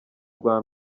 urwa